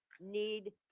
need